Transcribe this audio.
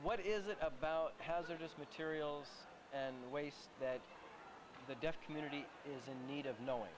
what is it about hazardous materials and waste that the deaf community is in need of knowing